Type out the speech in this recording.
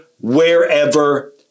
wherever